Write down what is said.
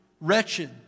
wretched